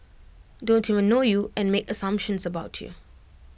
don't even know you and make assumptions about you